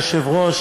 אדוני היושב-ראש,